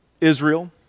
Israel